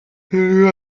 eut